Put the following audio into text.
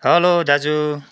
hello दाजु